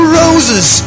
roses